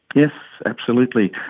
yes, absolutely.